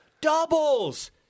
doubles